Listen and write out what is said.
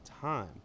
time